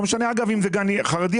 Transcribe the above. לא משנה אם זה גן חרדי,